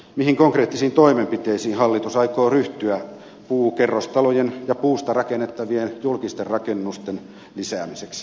mihin konkreettisiin toimenpiteisiin hallitus aikoo ryhtyä puukerrostalojen ja puusta rakennettavien julkisten rakennusten lisäämiseksi